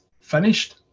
finished